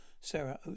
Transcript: Sarah